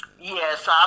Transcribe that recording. Yes